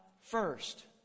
first